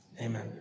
Amen